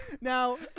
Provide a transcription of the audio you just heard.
Now